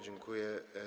Dziękuję.